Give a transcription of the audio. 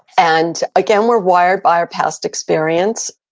and again, we're wired by our past experience.